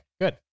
good